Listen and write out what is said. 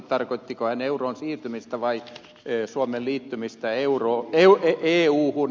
tarkoittiko hän euroon siirtymistä vai suomen liittymistä euhun